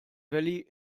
valley